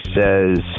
says